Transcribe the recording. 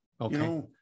Okay